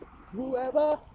whoever